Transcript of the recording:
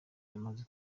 yamaze